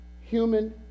human